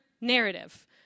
narrative